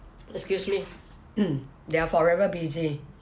excuse me they are forever busy